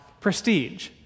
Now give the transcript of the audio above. Prestige